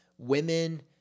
Women